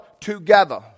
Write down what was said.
together